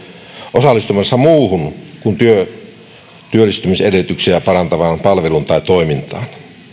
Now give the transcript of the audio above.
osallistumalla muuhun työllistymisedellytyksiä parantavaan palveluun tai toimintaan